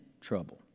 trouble